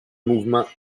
mouvement